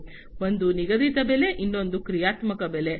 ಒಂದು ನಿಗದಿತ ಬೆಲೆ ಇನ್ನೊಂದು ಕ್ರಿಯಾತ್ಮಕ ಬೆಲೆ